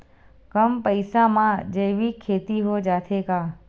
कम पईसा मा जैविक खेती हो जाथे का?